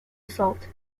assault